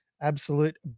absolute